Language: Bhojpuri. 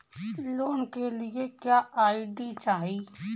लोन के लिए क्या आई.डी चाही?